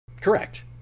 Correct